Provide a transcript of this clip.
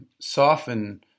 soften